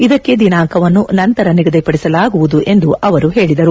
ಇದಕ್ಕೆ ದಿನಾಂಕವನ್ನು ನಂತರ ನಿಗದಿಪಡಿಸಲಾಗುವುದು ಎಂದು ಅವರು ಹೇಳಿದರು